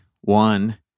one